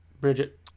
Bridget